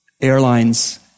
Airlines